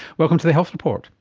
welcome to the health report.